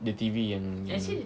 the T_V yang